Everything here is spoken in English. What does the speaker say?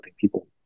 people